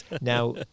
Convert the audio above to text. Now